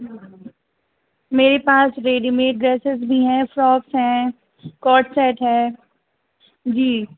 میرے پاس ready made dresses بھی ہیں فراکس ہیں کوٹ سیٹ ہے جی